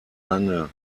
lange